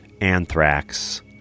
Anthrax